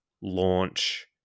launch